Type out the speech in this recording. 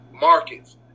markets